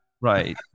right